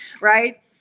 Right